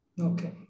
Okay